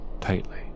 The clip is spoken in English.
tightly